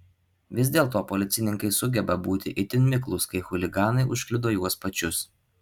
vis dėlto policininkai sugeba būti itin miklūs kai chuliganai užkliudo juos pačius